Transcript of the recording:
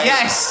Yes